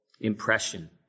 impression